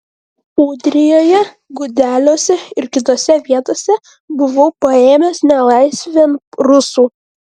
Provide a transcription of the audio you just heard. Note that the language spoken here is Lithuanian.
ūdrijoje gudeliuose ir kitose vietose buvau paėmęs nelaisvėn rusų